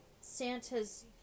Santa's